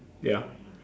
yup